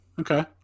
Okay